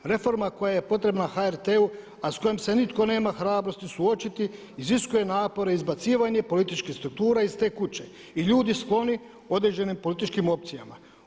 A reforma koja je potrebna HRT-u a s kojom se nitko nema hrabrosti suočiti iziskuje napore izbacivanje političkih struktura iz te kuće i ljudi skloni određenim političkim opcijama.